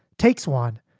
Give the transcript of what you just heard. takes one,